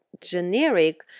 generic